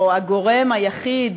או הגורם היחיד